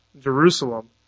Jerusalem